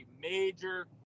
major